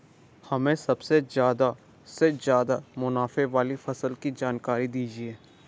हमें सबसे ज़्यादा से ज़्यादा मुनाफे वाली फसल की जानकारी दीजिए